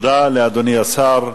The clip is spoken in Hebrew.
תודה לאדוני השר.